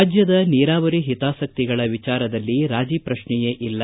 ರಾಜ್ಯದ ನೀರಾವರಿ ಹಿತಾಸಕ್ಕಿಗಳ ವಿಚಾರದಲ್ಲಿ ರಾಜಿ ಪ್ರಶ್ನೆಯೇ ಇಲ್ಲ